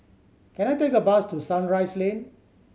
can I take a bus to Sunrise Lane